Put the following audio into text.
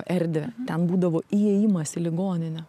erdvę ten būdavo įėjimas į ligoninę